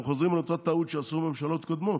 ואתם חוזרים על אותה טעות שעשו ממשלות ישראל,